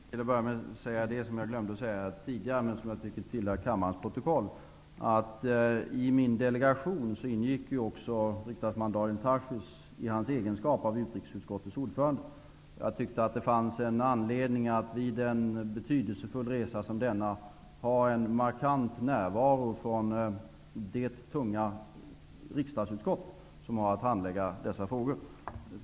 Fru talman! Låt mig till en början säga en sak som jag glömde att säga tidigare men som jag tycker tillhör kammarens protokoll, att i min delegation ingick också riksdagsman Daniel Tarschys i sin egenskap av utrikesutskottets ordförande. Jag tyckte att det fanns anledning att vid en betydelsefull resa som denna ha en markant närvaro av en representant för det tunga riksdagsutskottet, som har att handlägga dessa frågor.